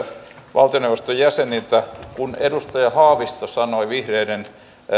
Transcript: valtioneuvoston jäseniltä kun edustaja haavisto sanoi vihreiden